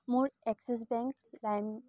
মোৰ Axis bank লাইম